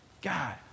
God